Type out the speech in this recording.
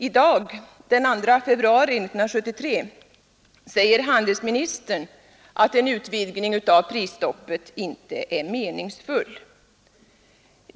I dag, den 2 februari 1973, säger handelsministern att en utvidgning av prisstoppet inte är meningsfullt.